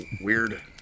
weird